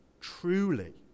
Truly